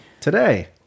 Today